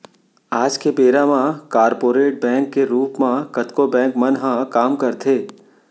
आज के बेरा म कॉरपोरेट बैंक के रूप म कतको बेंक मन ह काम करथे